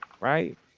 right